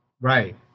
Right